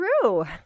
true